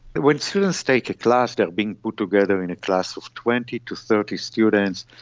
when students take a class they are being put together in a class of twenty to thirty students,